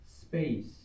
space